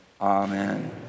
Amen